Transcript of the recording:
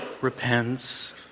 repents